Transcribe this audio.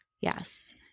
Yes